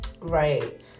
right